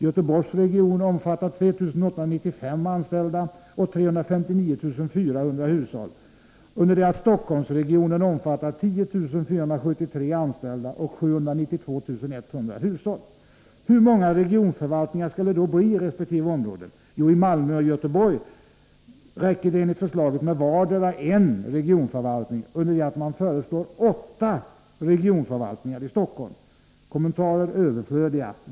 Göteborgs region omfattar 3 895 anställda och 359 400 hushåll, under det att Stockholmsregionen omfattar 10 473 anställda och 792 100 hushåll. Hur många regionförvaltningar skall det då bli i resp. områden? Jo, i Malmö och Göteborg räcker det enligt förslaget med vardera en regionförvaltning under det att man föreslår åtta regionförvaltningar i Stockholm! Kommentarer torde vara överflödiga.